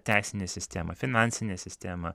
teisinė sistema finansinė sistema